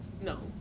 no